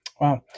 Wow